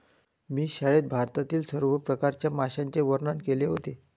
मी शाळेत भारतातील सर्व प्रकारच्या माशांचे वर्णन केले होते